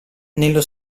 nello